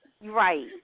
Right